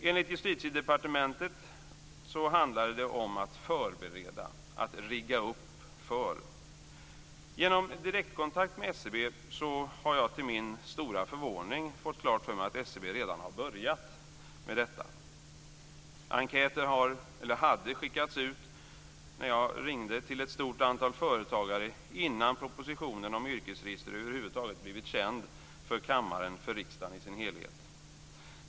Enligt Justitiedepartementet handlade det om att förbereda. Genom direktkontakt med SCB har jag till min stora förvåning fått klart för mig att SCB redan har börjat med detta. Enkäter hade skickats ut när jag ringde till ett stort antal företagare innan propositionen om yrkesregister över huvud taget hade blivit känd för riksdagen i dess helhet.